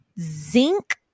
zinc